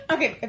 Okay